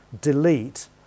delete